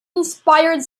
inspired